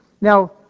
Now